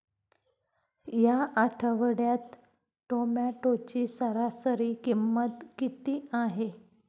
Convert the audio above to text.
या आठवड्यात टोमॅटोची सरासरी किंमत किती आहे?